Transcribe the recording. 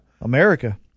America